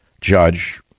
judge